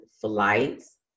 flights